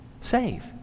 Save